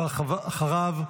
ואחריו,